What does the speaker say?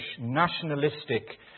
nationalistic